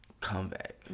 Comeback